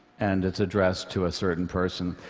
and it's addressed to a certain person.